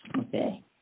Okay